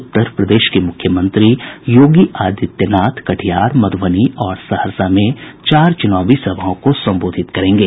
उत्तरप्रदेश के मुख्यमंत्री योगी आदित्यनाथ कटिहार मधुबनी और सहरसा जिले में चार च्नावी सभाओं को संबोधित करेंगे